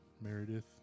Meredith